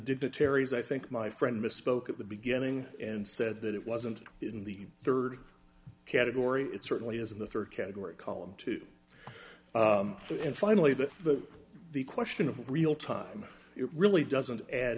dignitaries i think my friend misspoke at the beginning and said that it wasn't in the rd category it certainly is in the rd category column two and finally the the question of real time it really doesn't add